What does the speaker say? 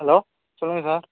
hello சொல்லுங்க sir